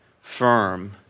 firm